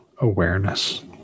awareness